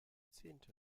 zehnte